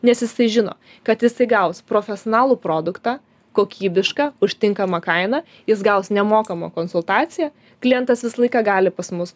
nes jisai žino kad jisai gaus profesionalų produktą kokybišką už tinkamą kainą jis gaus nemokamą konsultaciją klientas visą laiką gali pas mus